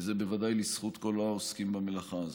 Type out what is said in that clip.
וזה בוודאי לזכות כל העוסקים במלאכה הזאת.